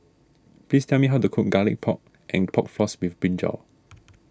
please tell me how to cook Garlic Pork and Pork Floss with Brinjal